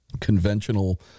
conventional